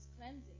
cleansing